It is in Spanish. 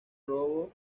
robo